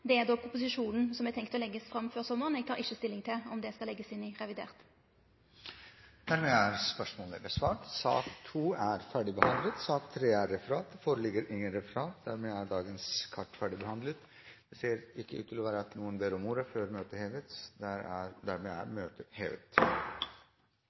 Det er ein proposisjon som eg tenkjer skal leggjast fram før sommaren, eg tek ikkje stilling til om dette skal leggjast inn i revidert. Dermed er sak nr. 2 ferdigbehandlet. Det foreligger ikke noe referat. Dermed er dagens kart ferdigbehandlet. Det ser ikke ut til at noen ber om ordet før møtet heves. – Møtet er